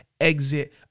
exit